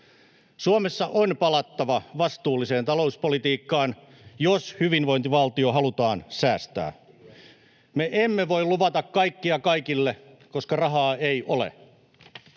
Suomessa on palattava vastuulliseen talouspolitiikkaan, jos hyvinvointivaltio halutaan säästää. Me emme voi luvata kaikkea kaikille, koska rahaa ei ole,